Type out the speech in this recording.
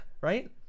Right